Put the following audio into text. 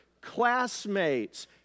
classmates